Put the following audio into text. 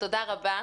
תודה רבה.